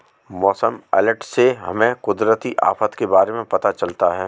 मौसम अलर्ट से हमें कुदरती आफत के बारे में पता चलता है